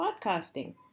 podcasting